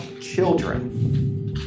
children